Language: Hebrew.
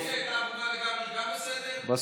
בסוף, ואם היא הייתה ערומה לגמרי, גם זה בסדר?